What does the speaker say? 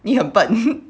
你很笨